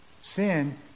sin